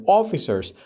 officers